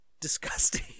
disgusting